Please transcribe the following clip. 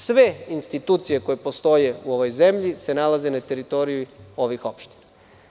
Sve institucije koje postoje u ovoj zemlji se nalaze na teritoriji ovih opština.